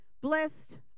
blessed